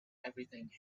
everything